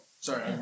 Sorry